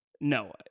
No